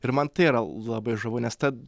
ir man tai yra labai žavu nes tad